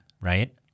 right